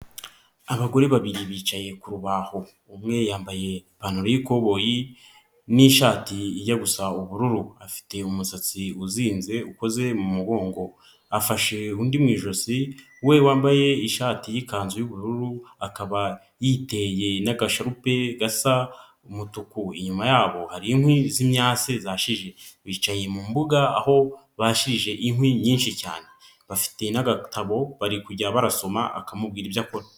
Abagore babiri bicaye ku rubaho, umwe yambaye ipantaro y'ikoboyi n'ishati ijya gusa ubururu, afite umusatsi uzinze ukoze mu mugongo, afashe undi mu ijosi we wambaye ishati y'ikanzu y'ubururu, akaba yiteye n'agasharupe gasa umutuku, inyuma yabo hari inkwi z'imyase zashije, bicaye mu mbuga aho bashirije inkwi nyinshi cyane, bafite n'agatabo bari kujya barasoma, akamubwira ibyo akora.